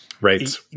Right